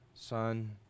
Son